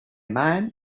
man